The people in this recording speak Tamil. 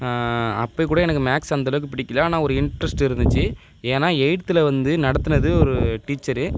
அப்போ கூட எனக்கு மேக்ஸ் அந்த அளவுக்கு பிடிக்கல ஆனால் ஒரு இன்ட்ரெஸ்ட் இருந்துச்சு ஏன்னா எயித்தில் வந்து நடத்துனது ஒரு டீச்சரு